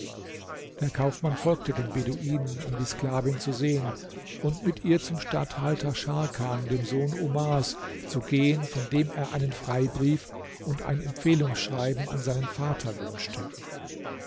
der kaufmann folgte dem beduinen um die sklavin zu sehen und mit ihr zum statthalter scharkan dem sohn omars zu gehen von dem er einen freibrief und ein empfehlungsschreiben an seinen vater wünschte